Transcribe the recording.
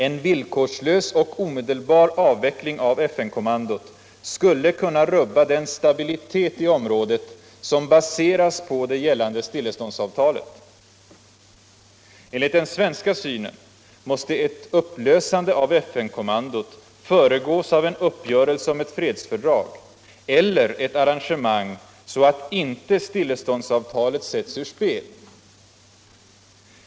En villkorslös och omedelbar avveckling av FN-kommandot skulle kunna rubba den stabilitet i området som baseras på det gällande stilleståndsavtalet. Enligt den svenska synen måste ett upplösande av FN-kommandot föregås av en uppgörelse om ett fredsfördrag eller ett arrangemang som gör att stilleståndsavtalet inte sätts ur spel.